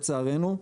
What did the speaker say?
לצערנו,